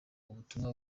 ubutumwa